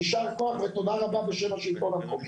ישר כוח ותודה רבה בשם השלטון המקומי.